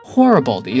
Horrible